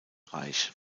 reich